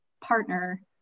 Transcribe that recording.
partner